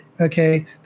okay